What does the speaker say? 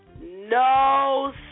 no